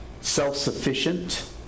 self-sufficient